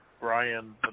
Brian